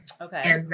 okay